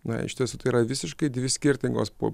na iš tiesų tai yra visiškai dvi skirtingos po